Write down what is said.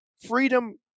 Freedom